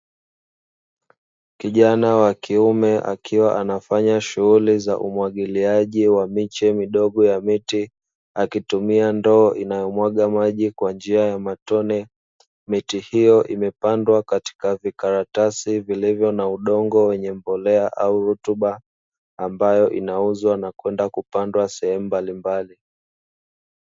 Kijana wa kiume akiwa anafanya shughuli za umwagiliaji wa miche midogo ya miti, akitumia ndoo inayomwaga maji kwa njia ya matone. Miti hiyo imepandwa katika vikaratasi vilivyo na udongo wenye mbolea au rutuba ambayo inauzwa na kwenda kupandwa sehemu mbalimbali.